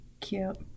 cute